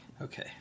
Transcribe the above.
Okay